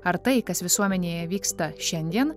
ar tai kas visuomenėje vyksta šiandien